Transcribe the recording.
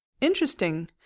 Interesting